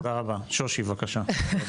שושי בבקשה.